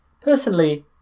Personally